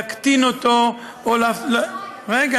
להקטין אותו --- אבל זו התוצאה,